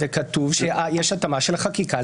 זה כתוב שיש התאמה של החקיקה.